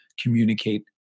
communicate